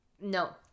No